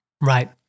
Right